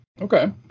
Okay